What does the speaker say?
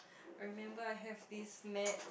remember I have this maths